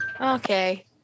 Okay